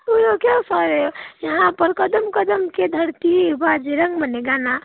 उयो क्याउ सर यहाँ पर कदम कदम के धरती बाजेरंग भन्ने गाना